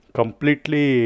completely